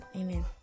Amen